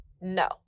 no